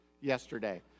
yesterday